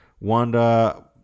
Wanda